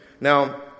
Now